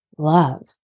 Love